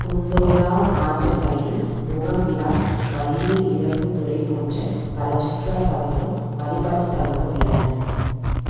குந்தோலாவ் ஆற்றங்கரையில் முகம் விலாஸ் பைரு இறங்கு துறை போன்ற பல சுற்றுலாத் தலங்களும் வழிபாட்டுத் தலங்களும் உள்ளன